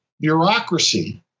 bureaucracy